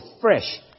fresh